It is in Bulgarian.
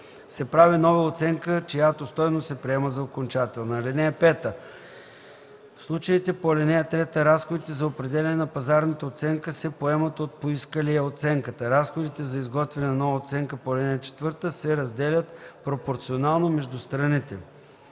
се прави нова оценка, чиято стойност се приема за окончателна. (5) В случаите по ал. 3 разходите за определянето на пазарната оценка се поемат от поискалия оценката. Разходите за изготвяне на нова оценка по ал. 4 се разделят пропорционално между страните.”